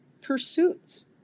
pursuits